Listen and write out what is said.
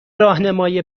راهنمای